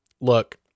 look